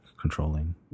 controlling